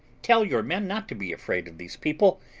tell your men not to be afraid of these people,